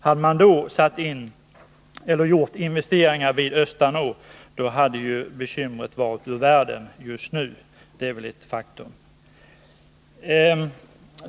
Hade man då gjort investeringar vid Östanå bruk hade bekymren varit ur världen nu. Det är ju ett faktum.